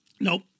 Nope